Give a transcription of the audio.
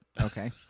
okay